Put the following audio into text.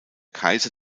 kaiser